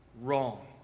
wrong